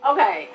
Okay